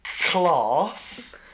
class